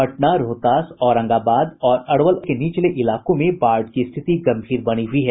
पटना रोहतास औरंगाबाद और अरवल जिले के निचले इलाकों में बाढ़ की स्थिति गंभीर बनी हुई है